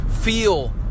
feel